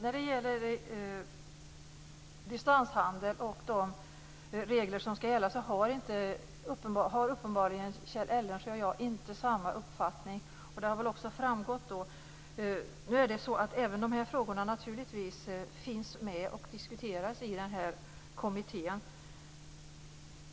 Fru talman! När det gäller de regler som ska gälla för distanshandeln har Kjell Eldensjö och jag uppenbarligen inte samma uppfattning, vilket har framgått. Dessa frågor finns naturligtvis med och diskuteras i kommittén.